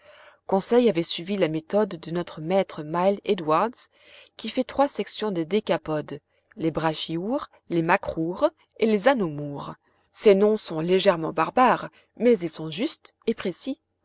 conseil avait suivi la méthode de notre maître milne edwards qui fait trois sections des décapodes les brachyoures les macroures et les anomoures ces noms sont légèrement barbares mais ils sont justes et précis